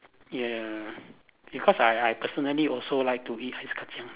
ya ya because I I personally also like to eat ice kacang